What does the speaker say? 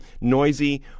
noisy